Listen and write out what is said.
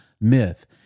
myth